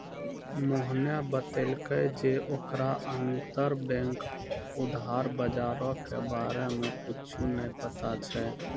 मोहने बतैलकै जे ओकरा अंतरबैंक उधार बजारो के बारे मे कुछु नै पता छै